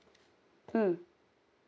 mm